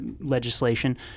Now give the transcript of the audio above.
legislation